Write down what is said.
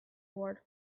award